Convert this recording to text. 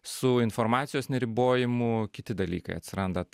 su informacijos neribojimu kiti dalykai atsiranda